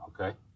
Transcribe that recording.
okay